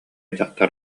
дьахтар